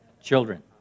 children